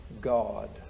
God